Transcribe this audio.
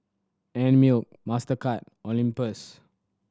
Einmilk Mastercard Olympus